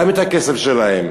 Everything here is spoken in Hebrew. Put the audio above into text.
גם את הכסף שלהם.